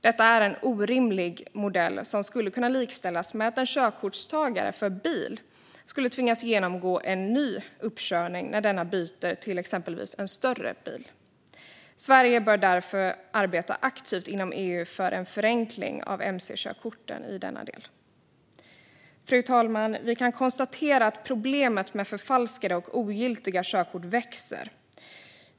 Detta är en orimlig modell som skulle kunna likställas med att en körkortstagare för bil skulle tvingas att genomgå en ny uppkörning när denne byter till exempelvis en större bil. Sverige bör därför arbeta aktivt inom EU för en förenkling av mc-körkorten i denna del. Fru talman! Vi kan konstatera att problemet med förfalskade och ogiltiga körkort växer.